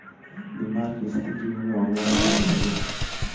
বীমার কিস্তি কিভাবে অনলাইনে আমি দেবো?